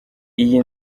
iyi